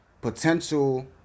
potential